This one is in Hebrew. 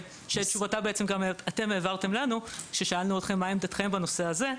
שאת תשובתה גם אתם העברתם לנו כששאלנו אתכם מה עמדתכם בנושא הזה.